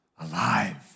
alive